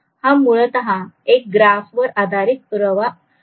हा मूलतः एक ग्राफ वर आधारित पुरावा आहे